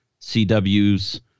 cw's